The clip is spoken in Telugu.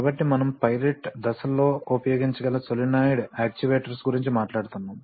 కాబట్టి మనము పైలట్ దశలలో ఉపయోగించగల సోలేనోయిడ్ యాక్చుయేటర్స్ గురించి మాట్లాడుతున్నాము